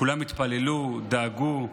כולם התפללו, דאגו,